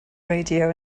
radio